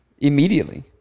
immediately